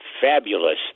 fabulous